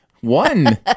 One